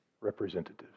representatives